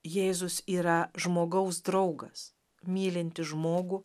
jėzus yra žmogaus draugas mylintis žmogų